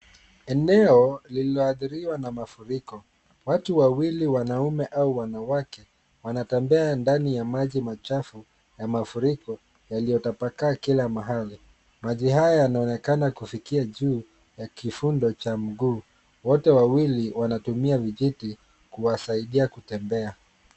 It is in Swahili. Eneo lililoathiriwa na mafuriko. Watu wawili wanaume au wanawake wanatembea ndani ya maji machafu ya mafuriko yaliyo tapakaa kila mahali. Maji haya yanaonekana kufikia juu ya kifundo cha mguu. Wote wawili wanatumia vijiti kuwasaidia kutembea.